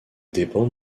dépend